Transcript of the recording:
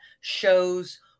shows